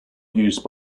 use